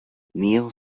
nil